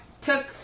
took